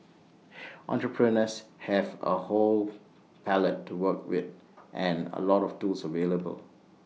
entrepreneurs have A whole palette to work with and A lot of tools available